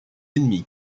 ennemi